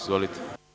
Izvolite.